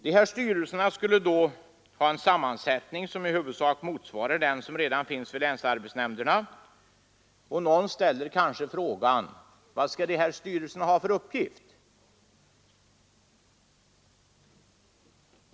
Dessa styrelser skulle då ha en sammansättning som i huvudsak motsvarar den som redan finns vid länsarbetsnämnderna. Någon ställer kanske frågan vilken uppgift dessa styrelser skall ha.